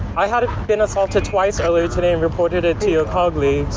i have been assaulted twice earlier today and reported it to your